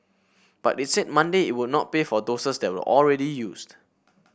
but it said Monday it would not pay for doses that were already used